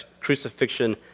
crucifixion